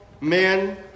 men